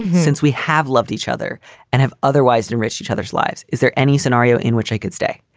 since we have loved each other and have otherwise enriched each other's lives, is there any scenario in which i could stay?